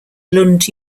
lund